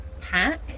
Pack